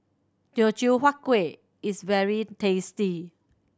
Teochew Huat Kuih is very tasty